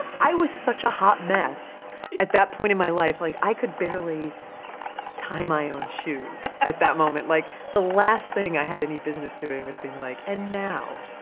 i was such a hot mess at that point in my life, like, i could barely tie my own shoes at that moment. like, the last thing i had any business doing was being like, and now,